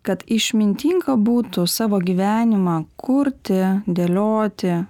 kad išmintinga būtų savo gyvenimą kurti dėlioti